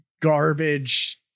garbage